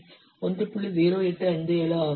0857 ஆகும்